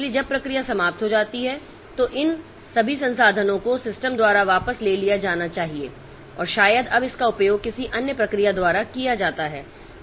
इसलिए जब प्रक्रिया समाप्त हो जाती है तो इन सभी संसाधनों को सिस्टम द्वारा वापस ले लिया जाना चाहिए और शायद अब इसका उपयोग किसी अन्य प्रक्रिया द्वारा किया जाता है